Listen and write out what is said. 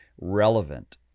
relevant